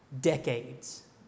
decades